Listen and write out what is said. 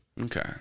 okay